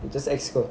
it just EXCO